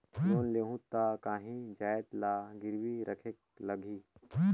Loan लेहूं ता काहीं जाएत ला गिरवी रखेक लगही?